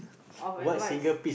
of advice